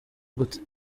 gute